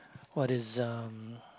what is uh